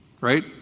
right